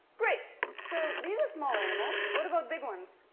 great, so these are small animals. what about big ones?